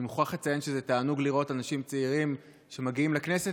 אני מוכרח לציין שזה תענוג לראות אנשים צעירים שמגיעים לכנסת.